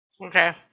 Okay